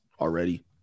already